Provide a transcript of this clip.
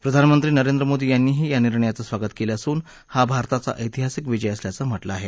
प्रधानमंत्री नरेंद्र मादी यांनीही निर्णयाचं स्वागत केलं असून हा भारताचा ऐतिहासिक विजय असल्याच म्हटलं आहे